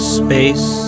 space